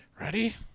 Ready